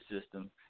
system